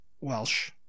Welsh